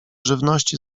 żywności